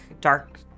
dark